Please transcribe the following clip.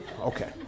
Okay